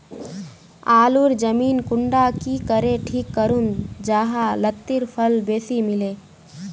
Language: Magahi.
आलूर जमीन कुंडा की करे ठीक करूम जाहा लात्तिर फल बेसी मिले?